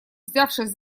взявшись